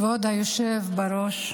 כבוד היושב-ראש,